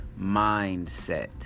mindset